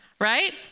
right